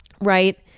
right